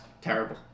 terrible